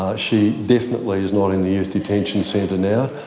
ah she definitely is not in the youth detention centre now.